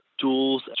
tools